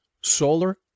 solar